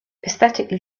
aesthetically